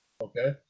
Okay